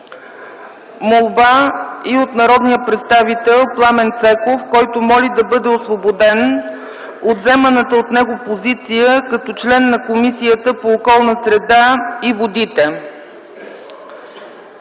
молба и от народния представител Пламен Цеков, който моли да бъде освободен от заеманата от него позиция на член на Комисията по околната среда и водите.